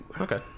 Okay